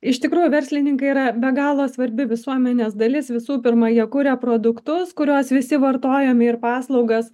iš tikrųjų verslininkai yra be galo svarbi visuomenės dalis visų pirma jie kuria produktus kuriuos visi vartojam ir paslaugas